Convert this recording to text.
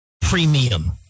premium